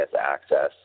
Access